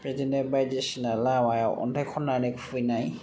बिदिनो बायदिसिना लामायाव अन्थाय खन्नानै खुबैनाय